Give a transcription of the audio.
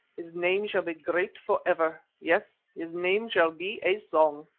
his name shall be great for ever yes, his name shall be a song.